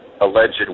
alleged